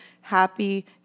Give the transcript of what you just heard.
happy